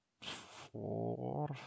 four